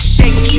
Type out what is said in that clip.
Shake